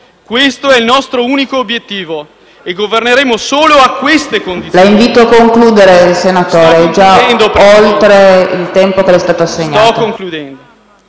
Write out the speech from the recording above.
Questo è il nostro unico obiettivo e governeremo solo a queste condizioni.